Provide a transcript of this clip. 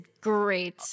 great